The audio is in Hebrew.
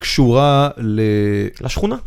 קשורה לשכונה.